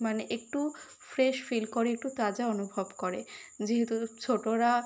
মানে একটু fresh feel করে একটু তাজা অনুভব করে যেহেতু ছোটোরা